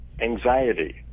anxiety